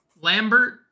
lambert